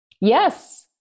Yes